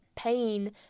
Pain